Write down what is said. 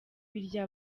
birya